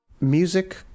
Music